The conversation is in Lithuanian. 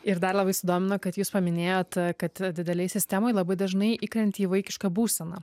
ir dar labai sudomino kad jūs paminėjot kad didelėj sistemoj labai dažnai įkrenti į vaikišką būseną